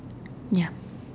yep